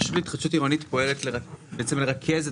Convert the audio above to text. הרשות להתחדשות עירונית פועלת לרכז את